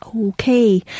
Okay